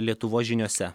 lietuvos žiniose